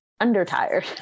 undertired